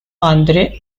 andre